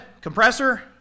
compressor